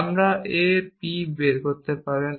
আপনি a এর p করতে পারেন